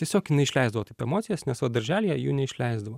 tiesiog jinai išleisdavo taip emocijas nes va darželyje jų neišleisdavo